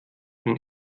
den